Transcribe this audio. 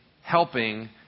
helping